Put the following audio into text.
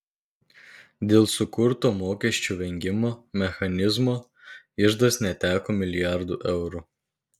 dėl sukurto mokesčių vengimo mechanizmo iždas neteko milijardų eurų